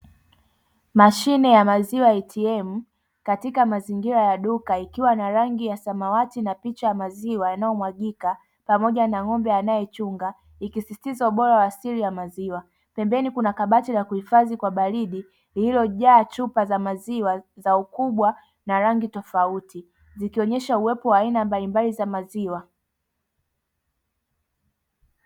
Mashine ya maziwa "a t m" katika mazingira ya duka ikiwa na rangi ya samawati na picha ya maziwa yanayomwagika pamoja na ng'ombe, anayechungwa ikisisitiza ubora asili ya maziwa pembeni kuna kabati la kuhifadhi kwa baridi lililojaa chupa za maziwa za ukubwa na rangi tofauti zikionyesha uwepo wa aina mbalimbali za maziwa.